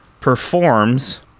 performs